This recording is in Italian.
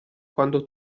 quando